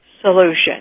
solution